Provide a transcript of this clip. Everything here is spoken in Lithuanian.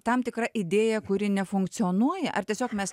tam tikra idėja kuri nefunkcionuoja ar tiesiog mes